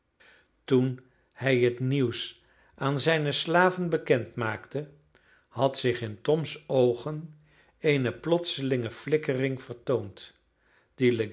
toen hij het nieuws aan zijne slaven bekend maakte had zich in toms oogen eene plotselinge flikkering vertoond